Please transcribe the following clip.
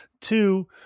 Two